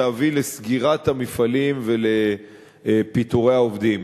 להביא לסגירת המפעלים ולפיטורי העובדים.